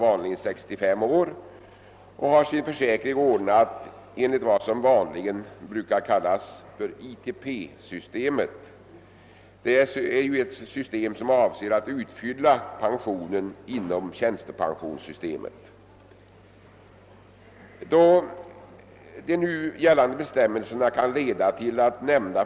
Däremot är det, som ovan framhållits, angeläget att bestämmelserna rörande försäkringsbeskattningen är så utformade att de inte kan användas i syfte att uppnå icke avsedda fördelar vid beskattningen.